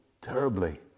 terribly